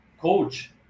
coach